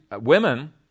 women